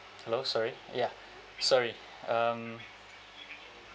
hello sorry ya sorry um